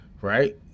right